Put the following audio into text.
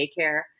daycare